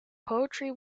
poetry